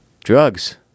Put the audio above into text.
drugs